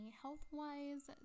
health-wise